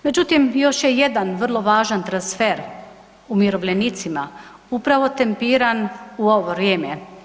Međutim, još je jedan vrlo važan transfer umirovljenicima upravo tempiran u ovo vrijeme.